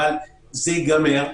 אבל זה ייגמר.